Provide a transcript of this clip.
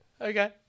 Okay